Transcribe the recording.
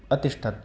अतिष्ठत्